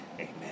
amen